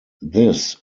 this